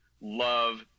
love